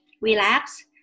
relax